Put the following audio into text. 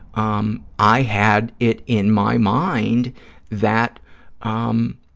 um i had it in my mind that um